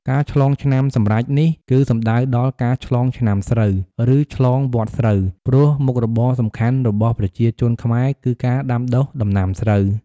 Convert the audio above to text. ការឆ្លងឆ្នាំសម្រេចនេះ គឺសំដៅដល់ ការឆ្លងឆ្នាំស្រូវ ឬ ឆ្លងវដ្តស្រូវ ព្រោះមុខរបរសំខាន់របស់ប្រជាជនខ្មែរគឺការដាំដុះដំណាំស្រូវ។